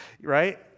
right